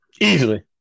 Easily